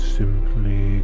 simply